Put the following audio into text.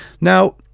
now